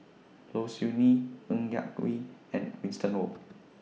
Low Siew Nghee Ng Yak Whee and Winston Oh